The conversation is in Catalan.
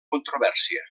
controvèrsia